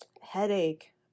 headache